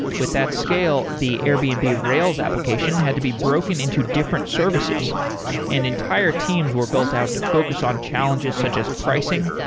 with that scale, the airbnb and rails application had to be broken into different services and entire teams were built out to focus on challenges, such as pricing,